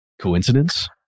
coincidence